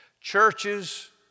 Churches